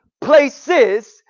places